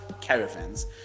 caravans